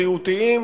בריאותיים,